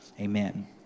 amen